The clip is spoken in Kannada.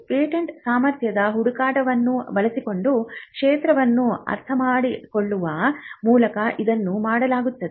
ಪೇಟೆಂಟ್ ಸಾಮರ್ಥ್ಯದ ಹುಡುಕಾಟವನ್ನು ಬಳಸಿಕೊಂಡು ಕ್ಷೇತ್ರವನ್ನು ಅರ್ಥಮಾಡಿಕೊಳ್ಳುವ ಮೂಲಕ ಇದನ್ನು ಮಾಡಲಾಗುತ್ತದೆ